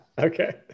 okay